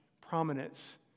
prominence